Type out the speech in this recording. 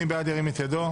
מי בעד, ירים את ידו.